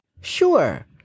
sure